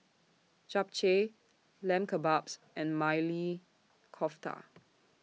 Japchae Lamb Kebabs and Maili Kofta